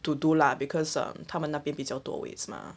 to do lah because um 他们那边比较多 weights mah